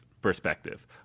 perspective